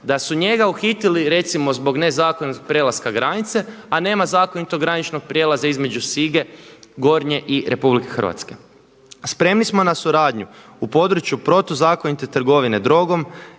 Da su njega uhitili recimo zbog nezakonitog prelaska granice a nema zakonitog graničnog prijelaza između Sige Gornje i RH. „Spremni smo na suradnju u području protuzakonite trgovine drogom,